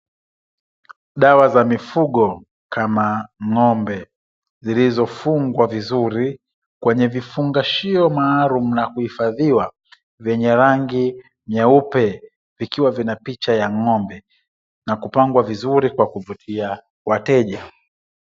Dawa za mifugo kama ng'ombe zilizofungwa vizuri kwenye vifungashio maalumu na kuhifadhiwa vyenye rangi nyeupe vikiwa vina picha ya ng'ombe na kupangwa vizuri kwa kuvutia wateja.